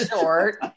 short